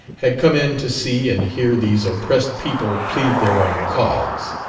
had come in to see and hear these oppressed people plead their own cause.